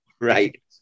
Right